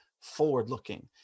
forward-looking